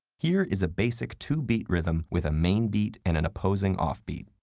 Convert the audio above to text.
here is a basic two beat rhythm with a main beat and an opposing off beat.